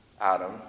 Adam